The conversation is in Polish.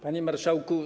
Panie Marszałku!